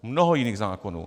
Mnoho jiných zákonů.